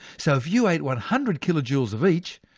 so if you ate one hundred kilojoules of each,